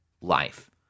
life